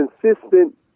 consistent